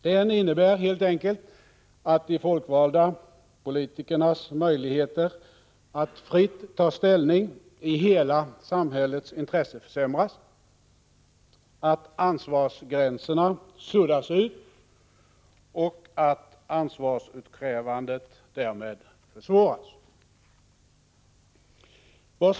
Den innebär helt enkelt att de folkvalda politikernas möjligheter att fritt ta ställning i hela samhällets intresse försämras, att ansvarsgränserna suddas ut och att ansvarsutkrävandet därmed försvåras.